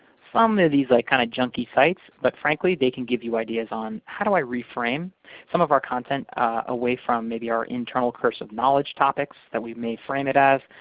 some of these kind of junky sites. but frankly, they can give you ideas on, how do i reframe some of our content away from, maybe, our internal curse of knowledge topics that we may frame it as,